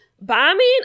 Bombing